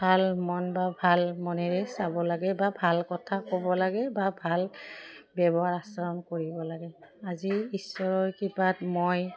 ভাল মন বা ভাল মনেৰে চাব লাগে বা ভাল কথা ক'ব লাগে বা ভাল ব্যৱহাৰ আচৰণ কৰিব লাগে আজি ঈশ্বৰ কৃপাত মই